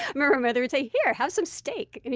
my mother would say, here, have some steak, you know